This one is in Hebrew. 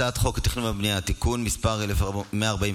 הצעת חוק התכנון והבנייה (תיקון מס' 146),